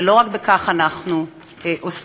ולא רק בכך אנחנו עוסקים,